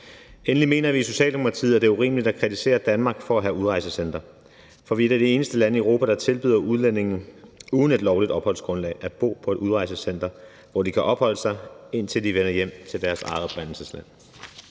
Endelig mener vi i Socialdemokratiet, at det er urimeligt at kritisere Danmark for at have udrejsecentre, for vi er et af de eneste lande i Europa, der tilbyder udlændinge uden et lovligt opholdsgrundlag at bo på et udrejsecenter, hvor de kan opholde sig, indtil de vender hjem til deres oprindelsesland.